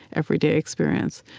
everyday experience,